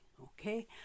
okay